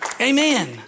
Amen